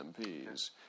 MPs